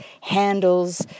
handles